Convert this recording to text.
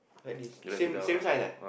like this same same size eh